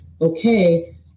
okay